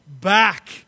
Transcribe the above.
back